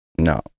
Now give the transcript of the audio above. No